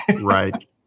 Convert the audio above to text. right